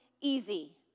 easy